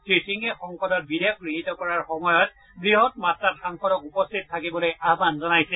শ্ৰীসিঙে সংসদত বিধেয়ক গৃহীত কৰাৰ সময়ত বৃহৎ মাত্ৰাত সাংসদক উপস্থিত থাকিবলৈ আহান জনাইছে